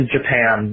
Japan